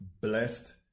blessed